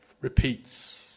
repeats